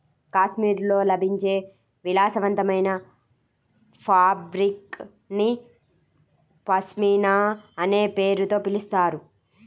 కాశ్మీర్లో లభించే విలాసవంతమైన ఫాబ్రిక్ ని పష్మినా అనే పేరుతో పిలుస్తారు